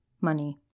money